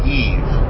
eve